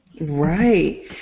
Right